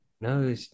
No